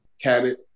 Cabot